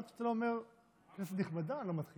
עד שאתה לא אומר "כנסת נכבדה" אני לא מתחיל.